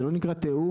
זה לא נקרא תיאום,